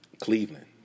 Cleveland